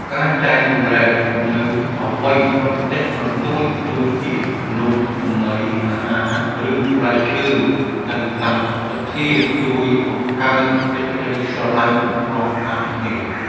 ការចែករំលែកនូវអ្វីបន្តិចបន្តួចដូចជានំចំណីអាហារឬផ្លែឈើទៅតាមសទ្ធាជួយបង្កើនសេចក្តីស្រឡាញ់រាប់អានគ្នា។